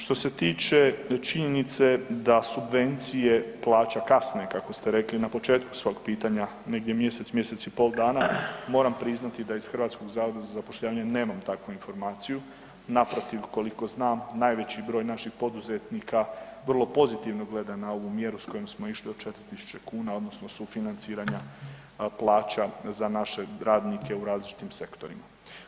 Što se tiče činjenice da subvencije, plaće kasne kako ste rekli na početku svog pitanja, negdje mjesec, mjesec i pol dana, moram priznati da iz HZZZ-a nemam takvu informaciju, naprotiv, koliko znam, najveći broj naših poduzetnika vrlo pozitivno gleda na ovu mjeru s kojom smo išli od 4000 kn odnosno sufinanciranja plaća za naše radnike u različitim sektorima.